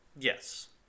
Yes